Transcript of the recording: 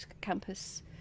Campus